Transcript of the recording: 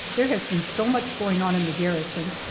there has been so much going on in the garrison,